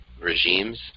regimes